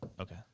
Okay